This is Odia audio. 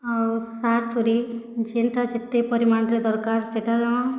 ଆଉ ତା'ର ପରେ ଯେହେଟା ଯେତେ ପରିମାଣରେ ଦରକାର୍ ସେଟା ଦମାଁ